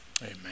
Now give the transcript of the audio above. Amen